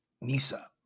Nisa